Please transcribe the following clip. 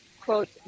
quote